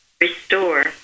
restore